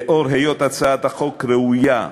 לאור היות הצעת החוק ראויה,